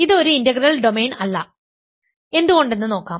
ഇത് ഒരു integral domain അല്ല എന്തുകൊണ്ടെന്ന് നോക്കാം